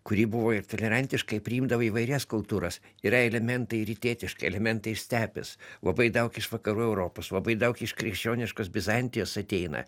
kuri buvo ir tolerantiškai priimdavo įvairias kultūras yra elementai rytietiški elementai iš stepės labai daug iš vakarų europos labai daug iš krikščioniškos bizantijos ateina